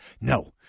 No